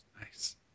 Nice